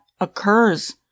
occurs